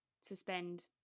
suspend